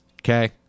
okay